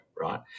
right